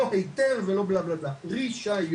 לא היתר ולא בלה בלה בלה, רישיון.